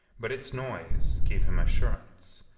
but its noise gave him assurance.